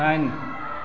दाइन